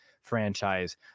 franchise